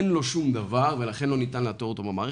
אין לו שום דבר ולכן לא ניתן לאתר אותו במערכת,